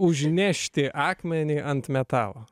užnešti akmenį ant metalo